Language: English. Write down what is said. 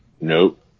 Nope